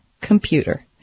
computer